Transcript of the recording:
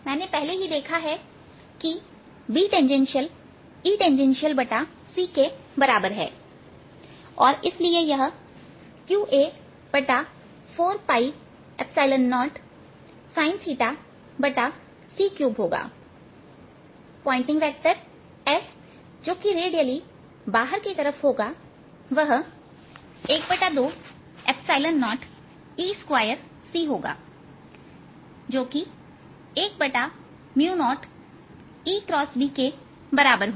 मैंने पहले ही देखा है कि Bt Et c और इसलिए यह qA sin40c3होगा पॉइंटिंग वेक्टर S जो कि रेडियली बाहर की तरफ होगा वह 120E2c होगा जो कि 10के बराबर होगा